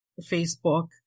Facebook